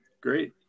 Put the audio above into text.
Great